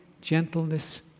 gentleness